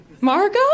Margo